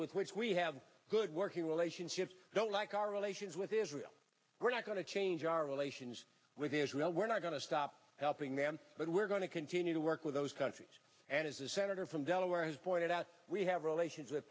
with which we have good working relationships don't like our relations with israel we're not going to change our relations with israel we're not going to stop helping them but we're going to continue to work with those countries and as the senator from delaware has pointed out we have relations with